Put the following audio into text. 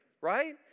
right